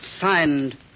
Signed